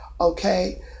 Okay